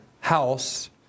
house